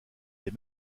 les